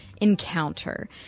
encounter